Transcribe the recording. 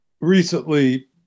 recently